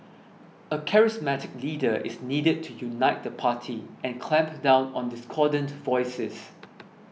a charismatic leader is needed to unite the party and clamp down on discordant voices